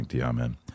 Amen